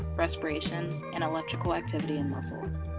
respiration, and electrical activity in muscles.